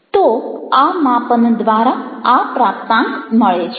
તો આ માપન દ્વારા આ પ્રાપ્તાંક મળે છે